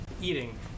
eating